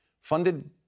funded